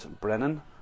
Brennan